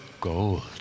gold